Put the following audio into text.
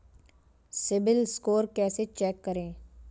CIBIL score कैसे check करें?